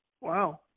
Wow